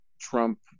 Trump